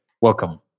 welcome